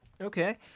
Okay